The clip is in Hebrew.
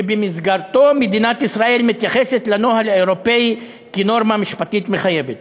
ובמסגרתו מדינת ישראל מתייחסת לנוהל האירופי כאל נורמה משפטית מחייבת.